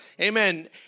Amen